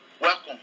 Welcome